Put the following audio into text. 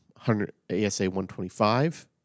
ASA-125